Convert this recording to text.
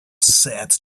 sad